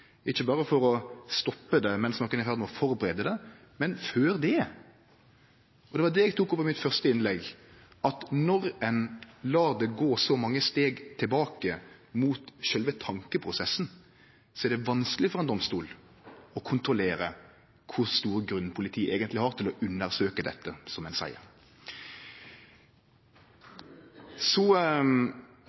ikkje berre for å stoppe det mens nokon er i ferd med å forberede det, men før det. Det var det eg tok opp i mitt første innlegg: Når ein lèt det gå så mange steg tilbake – mot sjølve tankeprosessen – er det vanskeleg for ein domstol å kontrollere kor stor grunn politiet eigentleg har til å undersøkje dette, som ein seier. Så